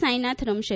સાંઈનાથ રમશે